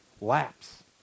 laps